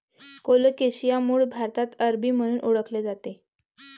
colocasia मूळ भारतात अरबी म्हणून ओळखले जाते